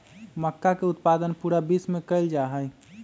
मक्का के उत्पादन पूरा विश्व में कइल जाहई